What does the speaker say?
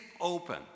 open